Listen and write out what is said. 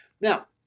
Now